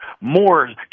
more